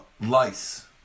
lice